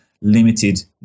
limited